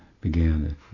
began